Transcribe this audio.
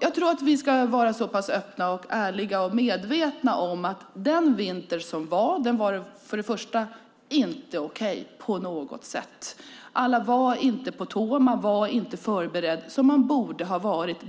Jag tror att vi ska vara så pass öppna, ärliga och medvetna om att förra vintern inte var okej på något sätt. Alla var inte på tå, och man var inte så förberedd som man borde ha varit.